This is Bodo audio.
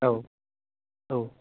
औ औ